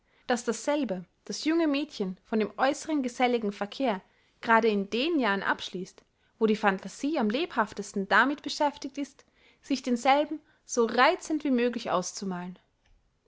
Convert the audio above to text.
daß dasselbe das junge mädchen von dem äußeren geselligen verkehr grade in den jahren abschließt wo die phantasie am lebhaftesten damit beschäftigt ist sich denselben so reizend wie möglich auszumalen